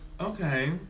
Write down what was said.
okay